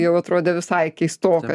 jau atrodė visai keistokai